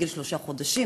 בגיל שלושה חודשים,